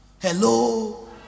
Hello